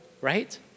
Right